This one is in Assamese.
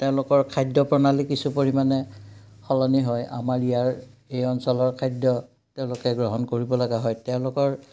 তেওঁলোকৰ খাদ্য প্ৰণালী কিছু পৰিমাণে সলনি হয় আমাৰ ইয়াৰ এই অঞ্চলৰ খাদ্য তেওঁলোকে গ্ৰহণ কৰিব লগা হয় তেওঁলোকৰ